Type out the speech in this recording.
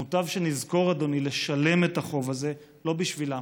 מוטב שנזכור, אדוני, לשלם את החוב הזה, לא בשבילם,